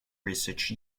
research